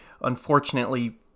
unfortunately